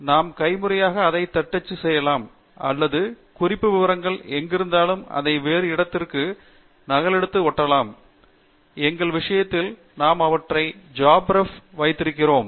நாம் கைமுறையாக அதைத் தட்டச்சு செய்யலாம் அல்லது குறிப்பு விவரங்கள் எங்கிருந்தாலும் அதை வேறு இடத்திலிருந்து நகலெடுத்து ஒட்டலாம் எங்கள் விஷயத்தில் நாம் அவற்றை ஜாப்ரெப் ல் வைத்திருக்கிறோம்